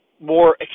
more